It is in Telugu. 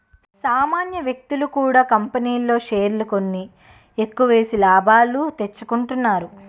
సామాన్య వ్యక్తులు కూడా కంపెనీల్లో షేర్లు కొని ఎక్కువేసి లాభాలు తెచ్చుకుంటున్నారు